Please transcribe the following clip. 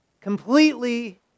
completely